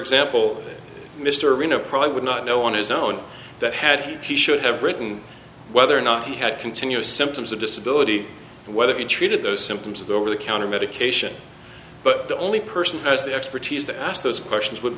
example mr reno probably would not know on his own that had he should have written whether or not he had continuous symptoms of disability whether he treated those symptoms of the over the counter medication but the only person who has the expertise to ask those questions would